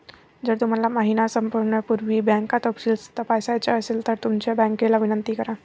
जर तुम्हाला महिना संपण्यापूर्वी बँक तपशील तपासायचा असेल तर तुमच्या बँकेला विनंती करा